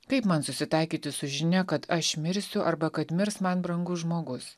kaip man susitaikyti su žinia kad aš mirsiu arba kad mirs man brangus žmogus